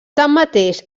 tanmateix